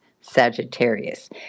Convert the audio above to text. Sagittarius